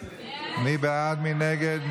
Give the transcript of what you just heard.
מי נגד?